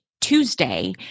Tuesday